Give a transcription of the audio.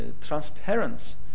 transparent